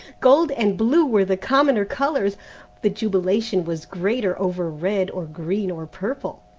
gold and blue were the commoner colours the jubilation was greater over red or green or purple.